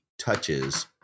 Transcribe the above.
touches